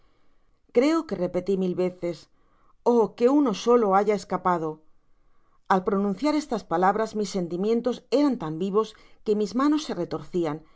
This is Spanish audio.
creo que repeti mil veces oh que uno solo haya escapado al pronunciar estas palabras mis sentimientos eran tan vivos que mis manos se retorcian mis